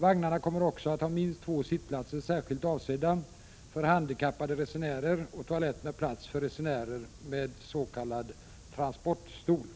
Vagnarna kommer också att ha minst två sittplatser särskilt avsedda för handikappade resenärer och toalett med plats för resenärer med en s.k. transportstol.